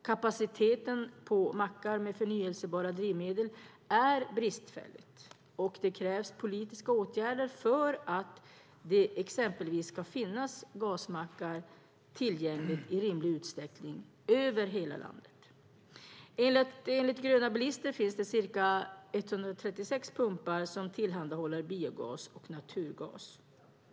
Kapaciteten på mackar med förnybara drivmedel är bristfällig och det krävs politiska åtgärder för att det exempelvis ska finnas gasmackar tillgängliga i rimlig utsträckning över hela landet. Enligt Gröna Bilister finns det ca 136 pumpar som tillhandahåller biogas och naturgas.